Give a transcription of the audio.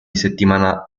settimana